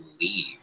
leave